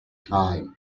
time